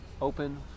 open